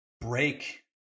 Break